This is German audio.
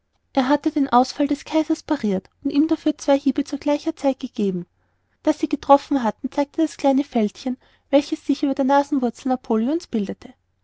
er hatte den ausfall des kaisers parirt und ihm dafür zwei hiebe zu gleicher zeit gegeben daß sie getroffen hatten zeigte das kleine fältchen welches sich über der nasenwurzel napoleon's bildete